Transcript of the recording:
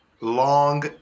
long